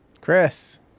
Chris